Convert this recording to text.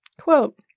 Quote